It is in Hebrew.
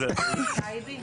זו הייתה יציאה קשה.